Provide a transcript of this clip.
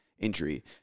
injury